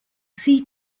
see